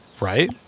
Right